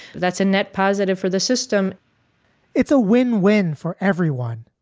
that's a net positive for the system it's a win win for everyone.